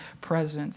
presence